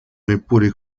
neppure